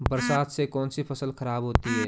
बरसात से कौन सी फसल खराब होती है?